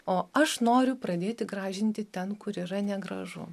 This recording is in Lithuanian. o aš noriu pradėti gražinti ten kur yra negražu